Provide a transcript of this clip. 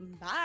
Bye